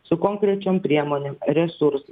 su konkrečiom priemonėm resursais